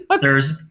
there's-